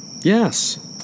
Yes